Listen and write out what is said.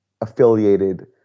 affiliated